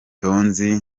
tonzi